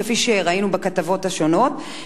כפי שראינו בכתבות השונות,